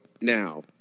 now